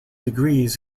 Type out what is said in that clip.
degrees